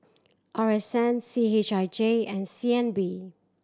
R S N C H I J and C N B